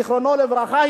זיכרונו לברכה,